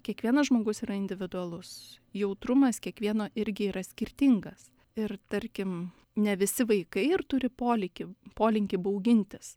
kiekvienas žmogus yra individualus jautrumas kiekvieno irgi yra skirtingas ir tarkim ne visi vaikai ir turi polikį polinkį baugintis